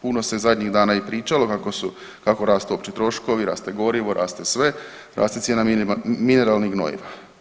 Puno se zadnjih dana i pričalo kako rastu opći troškovi, raste gorivo, raste sve, raste cijena mineralnih gnojiva.